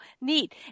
neat